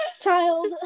Child